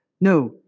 No